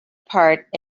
part